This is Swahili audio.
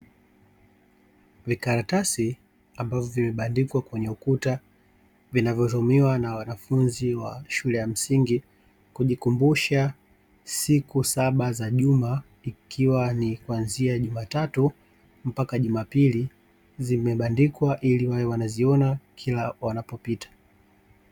Vikaratasi ambavyo vimebandikwa kwenye ukuta vinavyotumiwa na wanafunzi wa shule ya msingi kujikumbusha siku saba za juma ikiwa ni kuanzia jumatatu mpaka jumapili; zimebandikwa ili wawe wanaziona kila wanapopita.